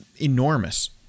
Enormous